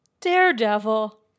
daredevil